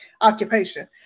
occupation